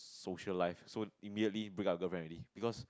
social life so immediately break up with girlfriend already because